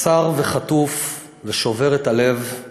"קצר וחטוף ושובר את הלב \